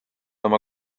oma